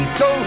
go